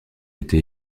été